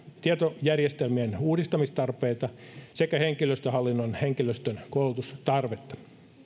tietojärjestelmien uudistamistarpeita sekä henkilöstöhallinnon henkilöstön koulutustarvetta